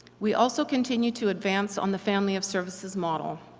we also continue to advance on the family of services model.